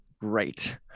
Great